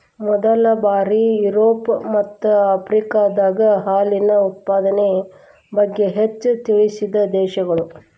ಮೊದಲ ಬಾರಿ ಯುರೋಪ ಮತ್ತ ಆಫ್ರಿಕಾದಾಗ ಹಾಲಿನ ಉತ್ಪಾದನೆ ಬಗ್ಗೆ ಹೆಚ್ಚ ತಿಳಿಸಿದ ದೇಶಗಳು